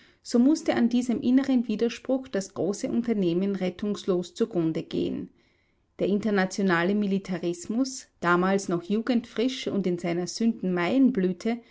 so mußte an diesem inneren widerspruch das große unternehmen rettungslos zugrunde gehen der internationale militarismus damals noch jugendfrisch und in seiner sünden